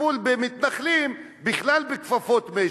והטיפול במתנחלים, בכלל בכפפות משי.